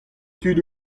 tud